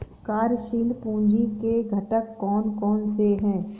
कार्यशील पूंजी के घटक कौन कौन से हैं?